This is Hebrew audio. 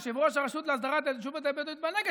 יושב-ראש הרשות להסדרת ההתיישבות הבדואית בנגב,